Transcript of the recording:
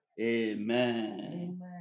Amen